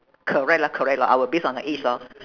correct lah correct lah I will base on the age lor